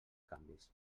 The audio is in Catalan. canvis